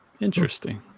Interesting